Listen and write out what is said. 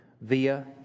via